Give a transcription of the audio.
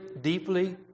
deeply